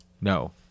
No